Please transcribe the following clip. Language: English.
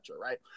right